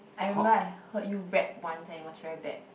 I remember I heard you rap one time it was very bad